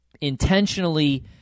intentionally